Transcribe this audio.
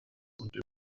und